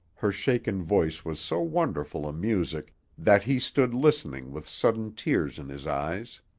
her shaken voice was so wonderful a music that he stood listening with sudden tears in his eyes.